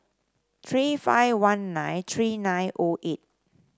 three five one nine three nine O eight